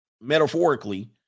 metaphorically